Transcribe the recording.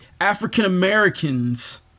African-Americans